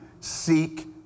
seek